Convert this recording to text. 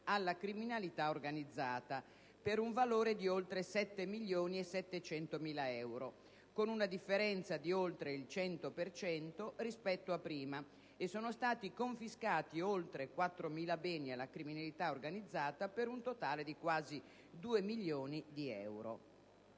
alla criminalità organizzata per un valore di oltre 7,7 milioni di euro, con una differenza di oltre il 100 per cento rispetto al passato, e sono stati confiscati oltre 4.000 beni alla criminalità organizzata per un totale di quasi 2 milioni di euro.